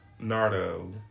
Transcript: Nardo